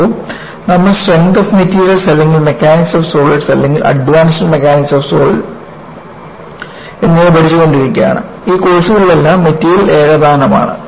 നോക്കൂ നമ്മൾ strength of materials അല്ലെങ്കിൽ മെക്കാനിക്സ് ഓഫ് സോളിഡ് അല്ലെങ്കിൽ അഡ്വാൻസ് മെക്കാനിക്സ് ഓഫ് സോളിഡ് എന്നിവ പഠിച്ചുകൊണ്ടിരിക്കുകയാണ് ഈ കോഴ്സുകളിലെല്ലാം മെറ്റീരിയൽ ഏകതാനമാണ്